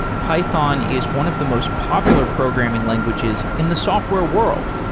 python is one of the most popular programming languages in the software world.